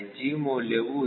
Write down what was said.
G ಮೌಲ್ಯವು 0